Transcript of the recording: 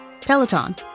Peloton